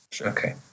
Okay